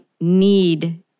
need